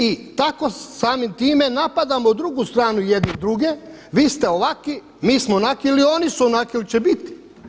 I tako samim time napadamo drugu stranu jedni druge, vi ste ovaki, mi smo onaki ili oni su onaki ili će biti.